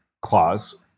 clause